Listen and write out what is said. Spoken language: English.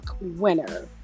winner